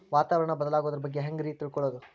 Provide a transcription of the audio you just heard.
ವಾತಾವರಣ ಬದಲಾಗೊದ್ರ ಬಗ್ಗೆ ಹ್ಯಾಂಗ್ ರೇ ತಿಳ್ಕೊಳೋದು?